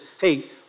hey